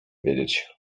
wiedzieć